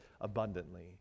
abundantly